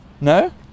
No